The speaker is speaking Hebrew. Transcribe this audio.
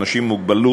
אנשים עם מוגבלות,